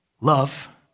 love